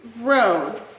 road